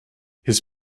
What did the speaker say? his